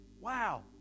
Wow